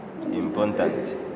important